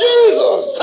Jesus